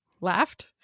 laughed